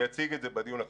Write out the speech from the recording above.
אציג את זה בדיון החסוי.